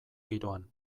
giroan